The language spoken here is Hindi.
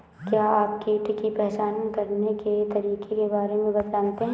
क्या आप कीट की पहचान करने के तरीकों के बारे में जानते हैं?